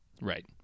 right